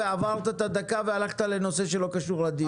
ועברת את הדקה והלכת לנושא שלא קשור לדיון.